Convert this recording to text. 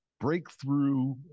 breakthrough